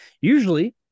usually